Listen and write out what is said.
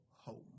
home